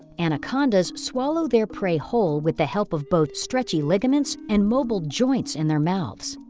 anacondas swallow their prey whole with the help of both stretchy ligaments and mobile joints in their mouths.